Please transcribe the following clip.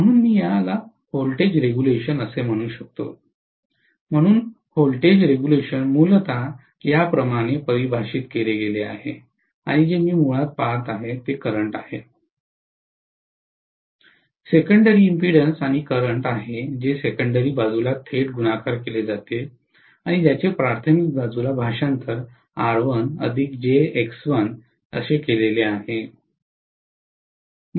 म्हणून मी याला व्होल्टेज रेग्युलेशन असे म्हणू शकतो म्हणून व्होल्टेज रेग्युलेशन मूलत याप्रमाणे परिभाषित केले गेले आहे आणि जे मी मुळात पहात आहे ते करंट आहे सेकंडेरी इम्पेन्डन्स आणि करंट आहे जे सेकंडेरी बाजूला थेट गुणाकार केले जाते आणि ज्याचे प्राथमिक बाजूला भाषांतर केलेले आहे